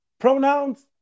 Pronouns